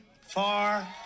far